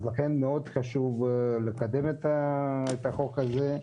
אז לכן מאוד חשוב לקדם את החוק הזה,